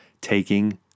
taking